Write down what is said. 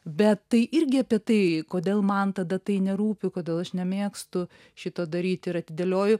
bet tai irgi apie tai kodėl man tada tai nerūpi kodėl aš nemėgstu šito daryt ir atidėlioju